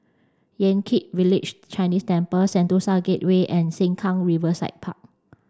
Yan Kit Village Chinese Temple Sentosa Gateway and Sengkang Riverside Park